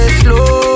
slow